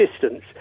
distance